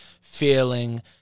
feeling